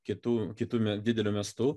kitų kitų didelių miestų